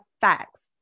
facts